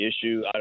issue